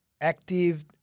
active